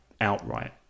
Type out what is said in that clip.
outright